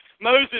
Moses